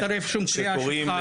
אני לא מצטרף לשום קריאה שלך.